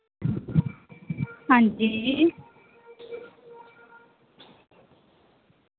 अंजी